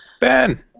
Ben